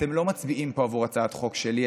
אתם לא מצביעים פה עבור הצעת חוק שלי,